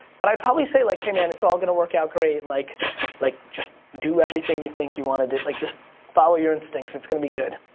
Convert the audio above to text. but i'd probably say, like, hey man, it's all gonna work out great, and like like, just, do everything you think you wanna do, like just follow your instincts, it's gonna be good.